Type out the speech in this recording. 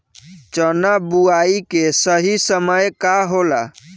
चना बुआई के सही समय का होला?